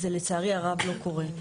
לצערי הרב זה לא קורה.